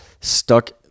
stuck